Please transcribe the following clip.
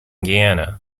guyana